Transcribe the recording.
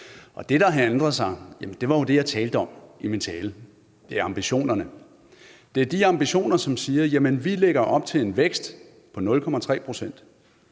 Det, der har ændret sig, er jo det, jeg talte om i min tale. Det er ambitionerne. Det er de ambitioner, der gør, at vi lægger op til en vækst på 0,3 pct.